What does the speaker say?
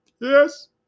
Yes